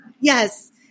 Yes